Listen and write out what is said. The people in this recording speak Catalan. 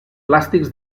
plàstics